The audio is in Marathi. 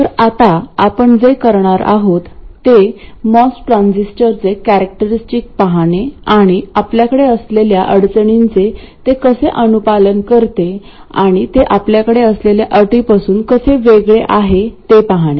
तर आता आपण जे करणार आहोत ते मॉस ट्रान्झिस्टरचे कॅरेक्टरस्टिक पाहणे आणि आपल्याकडे असलेल्या अडचणींचे ते कसे अनुपालन करते आणि ते आपल्याकडे असलेल्या अटीपासून कसे वेगळे आहे ते पाहणे